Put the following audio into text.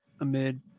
amid